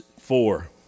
four